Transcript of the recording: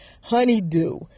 honeydew